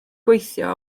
gweithio